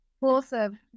Awesome